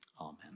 amen